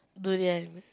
durian